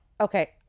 Okay